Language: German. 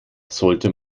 sollte